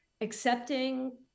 accepting